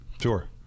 sure